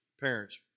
parents